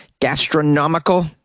Gastronomical